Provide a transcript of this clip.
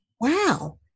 wow